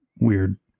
weird